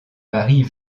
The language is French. paris